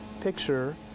picture